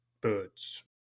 birds